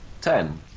Ten